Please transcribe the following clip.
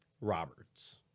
Roberts